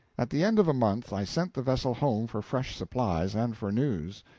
at the end of a month i sent the vessel home for fresh supplies, and for news.